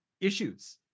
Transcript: issues